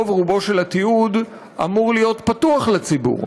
רוב-רובו של התיעוד אמור להיות פתוח לציבור.